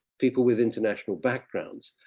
people with international backgrounds.